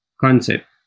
concept